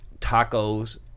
tacos